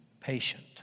patient